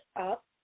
up